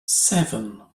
seven